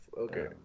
Okay